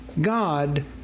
God